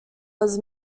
was